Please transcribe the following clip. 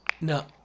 No